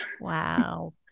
Wow